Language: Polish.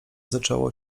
zaczęło